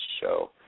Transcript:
show